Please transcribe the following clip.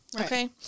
Okay